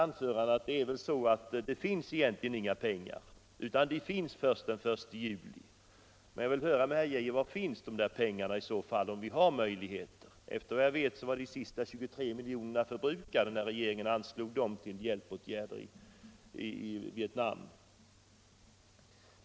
Det framgår alltså av herr Geijers anförande att det egentligen inte finns några pengar förrän den 1 juli. Men jag skulle av herr Geijer vilja höra var dessa pengar finns till katastrofhjälp. Såvitt jag vet var de sista 24 milj.kr. förbrukade när regeringen anslog denna summa till hjälpåtgärder i Vietnam.